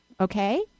Okay